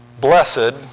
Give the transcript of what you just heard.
blessed